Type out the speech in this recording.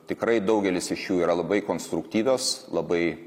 tikrai daugelis iš jų yra labai konstruktyvios labai